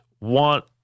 want